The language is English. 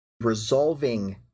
resolving